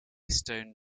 stone